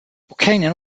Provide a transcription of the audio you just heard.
buchanan